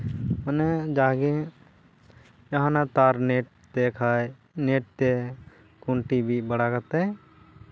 ᱢᱟᱱᱮ ᱡᱟᱜᱮ ᱡᱟᱦᱟᱱᱟᱜ ᱛᱟᱨ ᱱᱮᱴ ᱛᱮ ᱠᱷᱟᱱ ᱱᱮᱴ ᱛᱮ ᱠᱷᱩᱱᱴᱤ ᱵᱤᱫ ᱵᱟᱲᱟ ᱠᱟᱛᱮᱜ